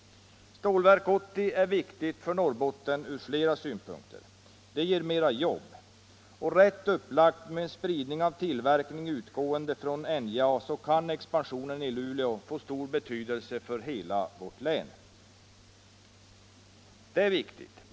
Stålverk 80 är viktigt för Norrbotten från flera synpunkter. Det ger mera jobb. Och rätt upplagt med en spridning av tillverkning utgående från NJA kan expansionen i Luleå få stor betydelse för hela vårt län. Detta är viktigt.